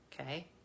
Okay